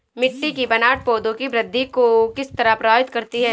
मिटटी की बनावट पौधों की वृद्धि को किस तरह प्रभावित करती है?